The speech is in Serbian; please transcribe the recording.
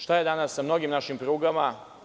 Šta je danas sa mnogim našim prugama?